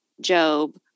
Job